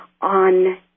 on